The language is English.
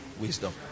wisdom